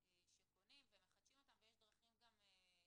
שקונים ומחדשים אותם ויש גם דרכים שונות